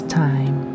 time